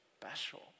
special